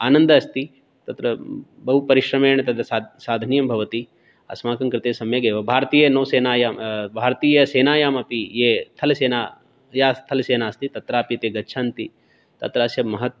आनन्दः अस्ति तत्र बहुपरिश्रमेण तद् साधनीयं भवति अस्माकं कृते सम्यक् एव भारतीय नौसेनायां भारतीयसेनायामपि ये स्थलसेना या स्थलसेना अस्ति तत्रापि ते गच्छन्ति तत्र अस्य महत्